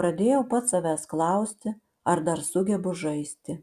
pradėjau pats savęs klausti ar dar sugebu žaisti